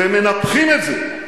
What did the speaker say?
ומנפחים את זה,